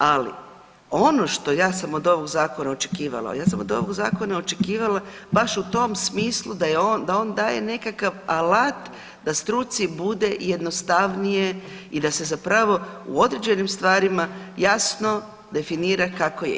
Ali ono što ja sam od ovog zakona očekivala, ja sam od ovog zakona očekivala baš u tom smislu da on daje nekakav alat da struci bude jednostavnije i da se zapravo u određenim stvarima jasno definira kako je.